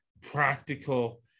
practical